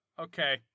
Okay